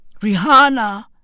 Rihanna